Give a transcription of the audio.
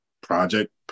project